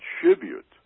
contribute